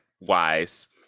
wise